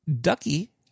Ducky